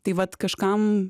tai vat kažkam